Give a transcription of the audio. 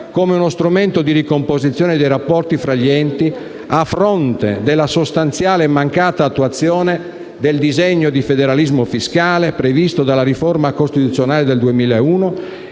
come uno strumento di ricomposizione dei rapporti tra gli enti, a fronte della sostanziale mancata attuazione del disegno di federalismo fiscale previsto dalla riforma costituzionale del 2001